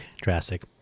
drastic